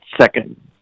second